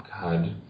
God